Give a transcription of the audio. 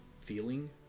feeling